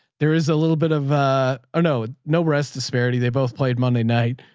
there is a little bit of a, oh no, no rest disparity. they both played monday night.